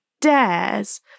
dares